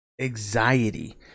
anxiety